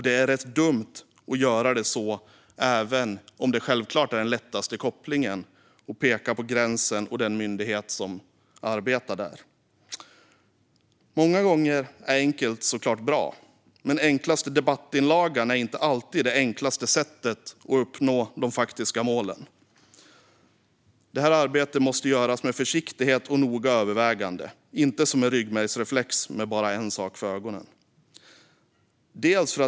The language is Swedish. Det är rätt dumt att göra det, även om det självklart är den lättaste kopplingen att peka på gränsen och den myndighet som arbetar där. Många gånger är enkelt såklart bra, men den enklaste debattinlagan är inte alltid det enklaste sättet att uppnå de faktiska målen. Detta arbete måste göras med försiktighet och noggrant övervägande, inte som en ryggmärgsreflex med bara en sak för ögonen.